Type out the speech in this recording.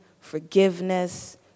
forgiveness